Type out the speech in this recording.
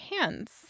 hands